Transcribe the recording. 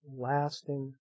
lasting